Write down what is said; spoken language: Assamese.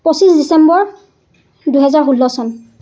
পঁচিছ ডিচেম্বৰ দুহেজাৰ ষোল্ল চন